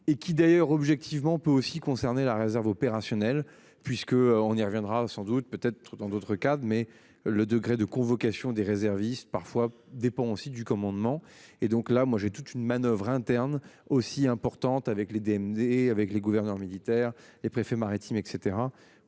et qui d'ailleurs objectivement peut aussi concerner la réserve opérationnelle, puisque, on y reviendra sans doute peut-être dans d'autres cas de mais le degré de convocation des réservistes parfois dépend aussi du commandement et donc là moi j'ai toute une manoeuvre interne aussi importante avec les DNA et avec les gouverneurs militaires préfets maritimes et